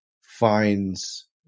finds